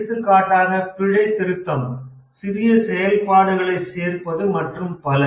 எடுத்துக்காட்டாக பிழை திருத்தம் சிறிய செயல்பாடுகளைச் சேர்ப்பது மற்றும் பல